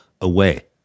away